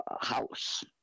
house